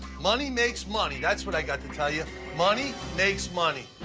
money makes money, that's what i got to tell you. money makes money.